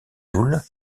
toul